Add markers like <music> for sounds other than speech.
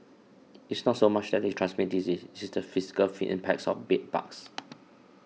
it's not so much that they transmit disease it's the fiscal <noise> impacts of bed bugs